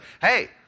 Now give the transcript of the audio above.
hey